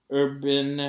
urban